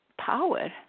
power